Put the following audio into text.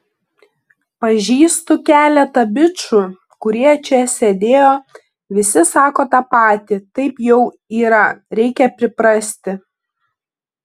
pažįstu keletą bičų kurie čia sėdėjo visi sako tą patį taip jau yra reikia priprasti